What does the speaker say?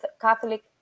Catholic